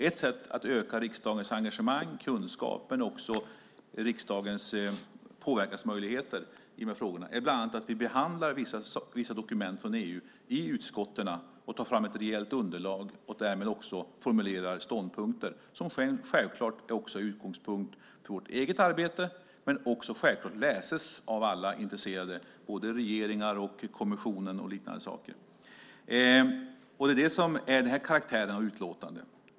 Ett sätt att öka riksdagens engagemang och kunskap men också riksdagens påverkansmöjligheter i de här frågorna är att vi behandlar vissa dokument från EU i utskotten, tar fram ett rejält underlag och därmed formulerar ståndpunkter. Det är sedan självklart utgångspunkten för vårt eget arbete, men det läses också av alla intresserade, både regeringar och kommissionen med flera. Det är den karaktären på utlåtandet.